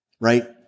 Right